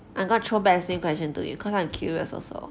I'm gonna throwback the same question to you because I'm curious also